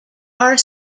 are